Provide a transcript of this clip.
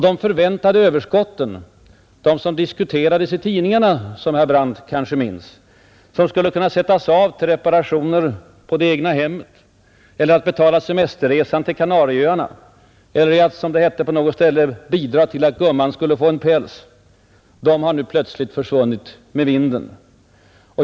De förväntade överskotten vilka — som herr Brandt kanske minns — diskuterades i tidningarna och som skulle kunna sättas av till reparationer på det egna hemmet eller betala semesterresan till Kanarieöarna eller, som det hette på något ställe, ”bidra till att gumman skulle få en päls”, har nu plötsligt försvunnit med vinden.